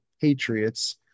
Patriots